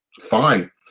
fine